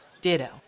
Ditto